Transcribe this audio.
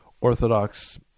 orthodox